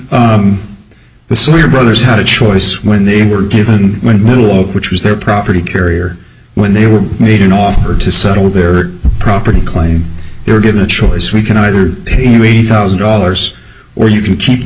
the the so your brothers had a choice when they were given middle of which was their property carrier when they were made an offer to settle their property claim they were given a choice we can either pay you a thousand dollars or you can keep the